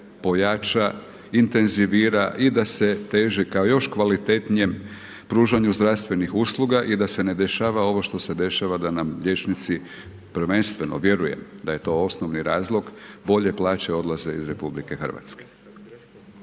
pojača, intenzivira i da se teži ka još kvalitetnijem pružanju zdravstvenih usluga i da se ne dešava ovo što se dešava da nam liječnici, prvenstveno, vjerujem da je to osnovni razlog, bolje plaće odlaze iz RH. Vi ste